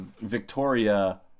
Victoria